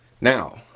Now